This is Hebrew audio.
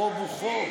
חוב הוא חוב.